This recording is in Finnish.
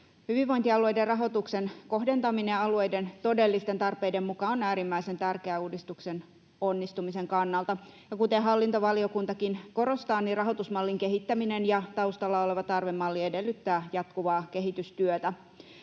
Hyvinvointialueiden rahoituksen kohdentaminen alueiden todellisten tarpeiden mukaan on äärimmäisen tärkeää uudistuksen onnistumisen kannalta. Kuten hallintovaliokuntakin korostaa, rahoitusmallin kehittäminen ja taustalla oleva tarvemalli edellyttävät jatkuvaa kehitystyötä.